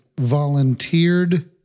volunteered